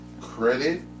credit